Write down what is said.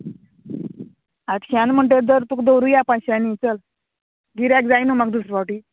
आठश्यान म्हणटर जर तुका दवरुया पांचश्यांनी चल गिरायक जाय न्हू म्हाका दुसर फावटी